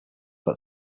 that